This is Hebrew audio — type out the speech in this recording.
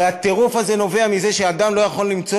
הרי הטרוף הזה נובע מזה שאדם לא יכול למצוא